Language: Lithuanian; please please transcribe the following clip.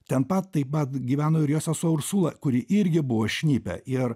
ten pat taip pat gyveno ir jo sesuo ursula kuri irgi buvo šnipė ir